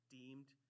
deemed